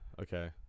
Okay